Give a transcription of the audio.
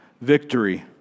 victory